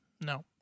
No